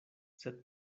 sed